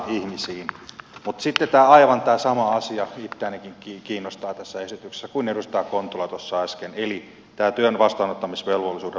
mutta sitten aivan tämä sama asia itseänikin kiinnostaa tässä esityksessä kuin edustaja kontulaa tuossa äsken eli tämä työn vastaanottamisvelvollisuuden laajentaminen